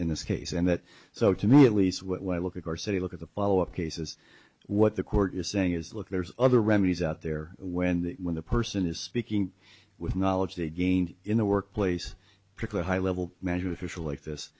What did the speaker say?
this case and that so to me at least when i look at our city look at the follow up cases what the court is saying is look there's other remedies out there when the when the person is speaking with knowledge they gain in the workplace particular high level manager official like this